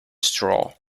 straw